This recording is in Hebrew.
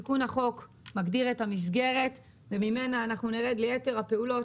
תיקון החוק מגדיר את המסגרת שממנה נרד ליתר הפעולות